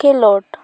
ᱠᱷᱮᱞᱚᱰ